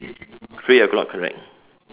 three o-clock correct